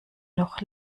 noch